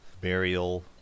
burial